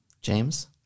James